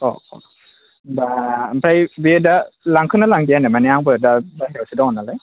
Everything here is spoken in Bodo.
औ औ दा ओमफ्राय बे दा लांखोना लांदियानो माने आंबो बाहेरायावसो दङ नालाय